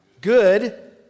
Good